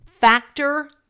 Factor